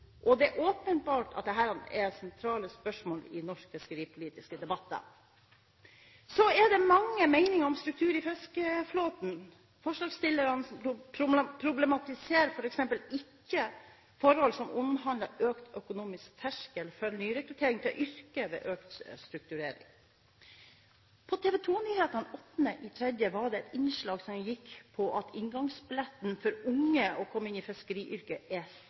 og det er åpenbart at dette er det sentrale spørsmål i norske fiskeripolitiske debatter. Så er det mange meninger om struktur i fiskeflåten. Forslagsstillerne problematiserer f.eks. ikke forhold som omhandler økt økonomisk terskel for nyrekruttering til yrket ved økt strukturering. På TV 2-nyhetene 8. mars var det et innslag som gikk på at inngangsbilletten for unge til å komme inn i fiskeryrket er